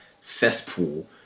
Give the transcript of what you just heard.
cesspool